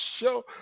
show